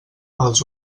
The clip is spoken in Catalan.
els